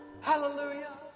Hallelujah